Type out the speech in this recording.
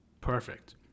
Perfect